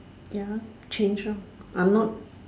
ya change or I'm not